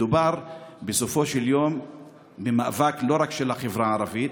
מדובר בסופו של יום במאבק לא רק של החברה הערבית